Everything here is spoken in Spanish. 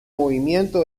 movimiento